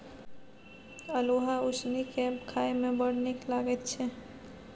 अल्हुआ उसनि कए खाए मे बड़ नीक लगैत छै